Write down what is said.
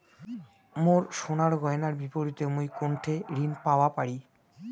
মোর সোনার গয়নার বিপরীতে মুই কোনঠে ঋণ পাওয়া পারি?